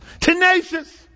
tenacious